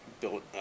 built